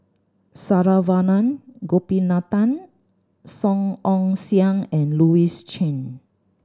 Saravanan Gopinathan Song Ong Siang and Louis Chen